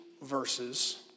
verses